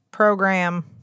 program